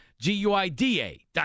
G-U-I-D-A